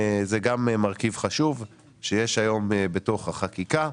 זה גם מרכיב חשוב שיש היום בתוך החקיקה.